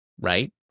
right